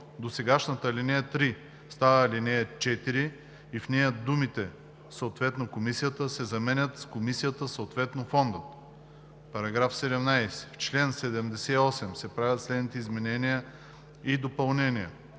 Досегашната ал. 3 става ал. 4 и в нея думите „съответно комисията“ се заменят с „комисията, съответно фондът“. § 17. В чл. 78 се правят следните изменения и допълнения: